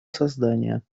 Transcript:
создания